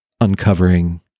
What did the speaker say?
uncovering